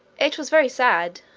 it was very sad,